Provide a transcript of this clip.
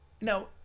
now